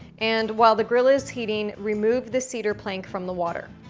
and while the grill is heating remove the cedar plank from the water.